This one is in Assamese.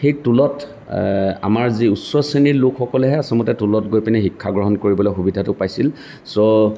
সেই টোলত আমাৰ যি উচ্চ শ্ৰেণীৰ লোকসকলেহে আচলতে টোলত গৈ পিনি শিক্ষা গ্ৰহণ কৰিবলৈ সুবিধাটো পাইছিল চ'